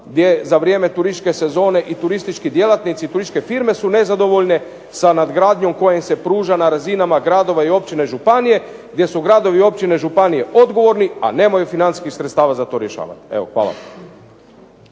gdje za vrijeme turističke sezone i turistički djelatnici i turističke firme su nezadovoljne sa nadgradnjom koja im se pruža na razinama gradova i općina i županije, gdje su gradovi, općine, županije odgovorni a nemaju financijskih sredstava za to rješavati. Evo hvala.